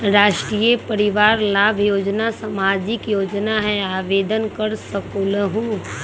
राष्ट्रीय परिवार लाभ योजना सामाजिक योजना है आवेदन कर सकलहु?